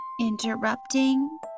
Interrupting